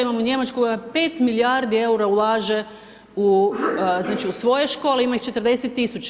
Imamo Njemačku koja pet milijardi eura ulaže u, znači, u svoje škole, ima ih 40 000.